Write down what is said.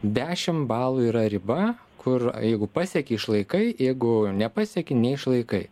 dešim balų yra riba kur jeigu pasieki išlaikai jeigu nepasieki neišlaikai